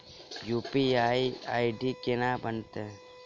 UPI ID केना बनतै?